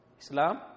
Islam